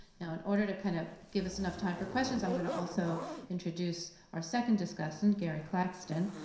now, in order to kind of give us enough time for questions, i'm going to also introduce our second discussant, gary claxton.